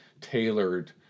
tailored